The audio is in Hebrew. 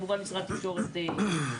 לפעמים קו תשתית עובר בעומק מסוים,